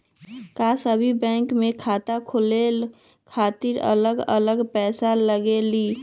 का सभी बैंक में खाता खोले खातीर अलग अलग पैसा लगेलि?